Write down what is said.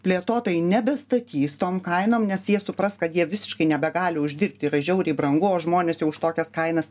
plėtotojai nebestatys tom kainom nes jie supras kad jie visiškai nebegali uždirbti yra žiauriai brangu o žmonės jau už tokias kainas